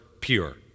pure